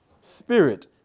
spirit